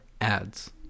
ads